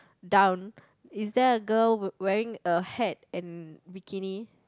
down is there a girl wearing a hat and bikini